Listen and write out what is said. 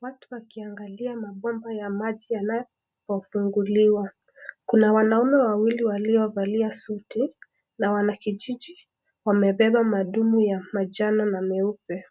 Watu wakiangalia mabomba ya maji, yanapofunguliwa, kuna wanaume wawili walio valia suti, na wanakijiji, wamebeba madumu ya majano na meupe,